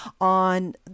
on